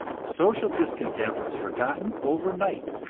social discontent was forgotten over night,